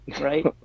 right